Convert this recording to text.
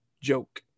joke